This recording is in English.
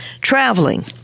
traveling